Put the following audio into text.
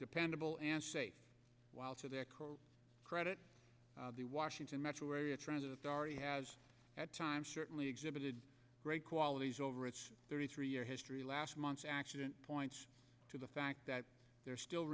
dependable and safe while to their credit the washington metro area transit authority has at times certainly exhibited great qualities over its thirty three year history last month's accident points to the fact that there still